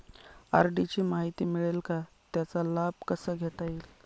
RD ची माहिती मिळेल का, त्याचा लाभ कसा घेता येईल?